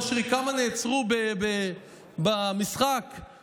חבר הכנסת נאור שירי שאל כמה נעצרו במשחק שהיה,